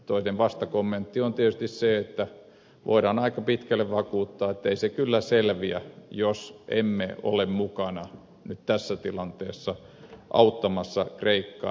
toinen vastakommentti on tietysti se että voidaan aika pitkälle vakuuttaa ettei se kyllä selviä jos emme ole mukana nyt tässä tilanteessa auttamassa kreikkaa